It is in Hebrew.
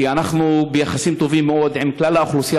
כי אנחנו ביחסים טובים מאוד עם כלל האוכלוסייה